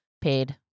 Paid